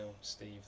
Steve